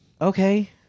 Okay